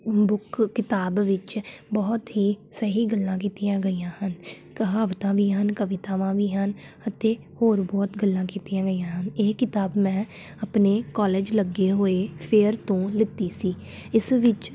book ਕਿਤਾਬ ਵਿੱਚ ਬਹੁਤ ਹੀ ਸਹੀ ਗੱਲਾਂ ਕੀਤੀਆਂ ਗਈਆਂ ਹਨ ਕਹਾਵਤਾਂ ਵੀ ਹਨ ਕਵਿਤਾਵਾਂ ਵੀ ਹਨ ਅਤੇ ਹੋਰ ਬਹੁਤ ਗੱਲਾਂ ਕੀਤੀਆਂ ਗਈਆਂ ਹਨ ਇਹ ਕਿਤਾਬ ਮੈਂ ਆਪਣੇ ਕੋਲੇਜ ਲੱਗੇ ਹੋਏ ਫੇਅਰ ਤੋਂ ਲਿੱਤੀ ਸੀ ਇਸ ਵਿੱਚ